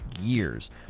years